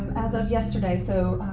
as of yesterday, so